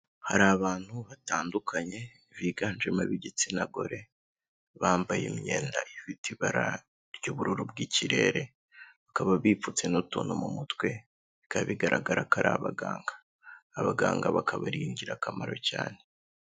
Hari abantu batandukanye, biganjemo ab'igitsina gore, bambaye imyenda ifite ibara ry'ubururu bw'ikirere, bakaba bipfutse n'utuntu mu mutwe, bikaba bigaragara ko ari abaganga. Abaganga bakaba ari ingirakamaro cyane.